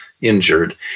injured